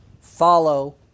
Follow